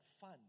fun